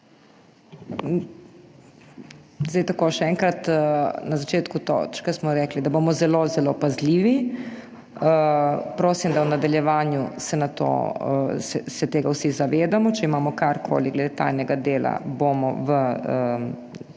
HOT: Tako, še enkrat. Na začetku točke smo rekli, da bomo zelo, zelo pazljivi. Prosim, da se v nadaljevanju tega vsi zavedamo. Če imamo karkoli glede tajnega dela, bomo v